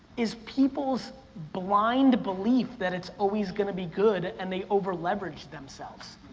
is people's blind belief that it's always going to be good and they over leverage themselves.